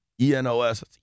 E-N-O-S